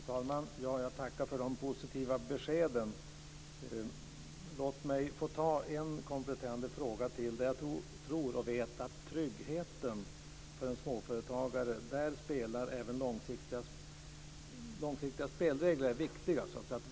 Fru talman! Jag tackar för de positiva beskeden. Men låt mig ställa ännu en kompletterande fråga. Långsiktiga spelregler är viktiga för tryggheten för en småföretagare, att veta vad som händer med skattesystemen och sådant.